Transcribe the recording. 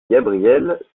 gabrielle